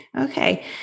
Okay